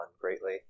greatly